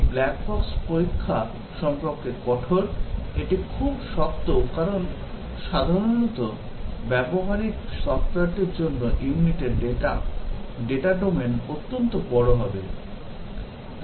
এই black box পরীক্ষা সম্পর্কে কঠোর এটি খুব শক্ত কারণ সাধারণত ব্যবহারিক সফ্টওয়্যারটির জন্য ইউনিটের ডেটা ডেটা ডোমেন অত্যন্ত বড় হবে